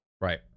Right